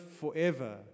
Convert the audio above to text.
forever